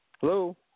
Hello